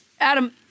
Adam